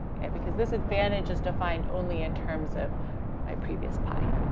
okay, because this advantage is defined only in terms of my previous pi.